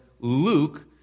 Luke